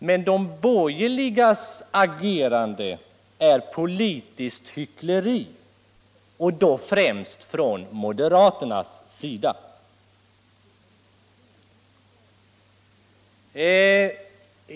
Men de borgerligas agerande, främst moderaternas, är politiskt hyckleri.